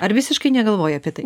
ar visiškai negalvoji apie tai